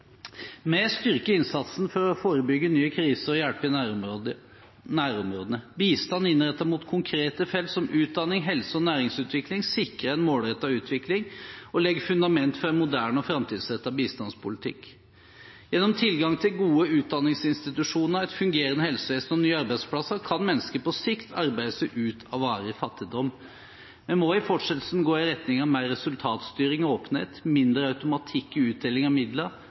Vi styrker innsatsen for å forebygge nye kriser og hjelpe i nærområdene. Bistand innrettet mot konkrete felt som utdanning, helse og næringsutvikling, sikrer en målrettet utvikling og legger fundament for en moderne og framtidsrettet bistandspolitikk. Gjennom tilgang til gode utdanningsinstitusjoner, et fungerende helsevesen og nye arbeidsplasser kan mennesker på sikt arbeide seg ut av varig fattigdom. Vi må i fortsettelsen gå i retning av mer resultatstyring og åpenhet, mindre automatikk i utdeling av midler